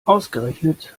ausgerechnet